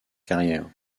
carrière